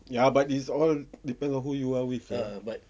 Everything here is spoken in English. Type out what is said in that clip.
ya but is all depends on who you are with lah